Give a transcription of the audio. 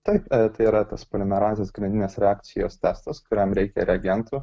taip tai yra tas polimerazės grandininės reakcijos testas kuriam reikia reagentų